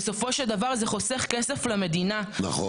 נכון.